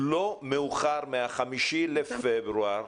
לא מאוחר מה-5 בפברואר.